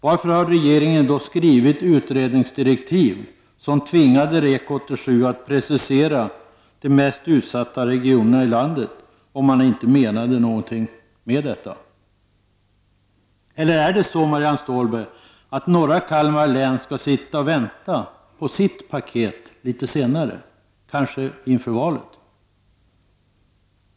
Varför har regeringen då skrivit utredningsdirektiv, som tvingade REK 87 att precisera de mest utsatta regionerna i landet, om man inte menade någonting med detta? Är det möjligen så, Marianne Stålberg, att man i norra Kalmar län skall sitta och vänta på sitt paket och få det litet senare, kanske inför valet?